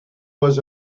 was